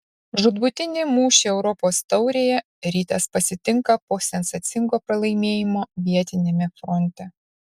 žūtbūtinį mūšį europos taurėje rytas pasitinka po sensacingo pralaimėjimo vietiniame fronte